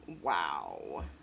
wow